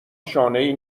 شانهای